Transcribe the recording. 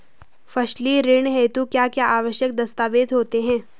फसली ऋण हेतु क्या क्या आवश्यक दस्तावेज़ होते हैं?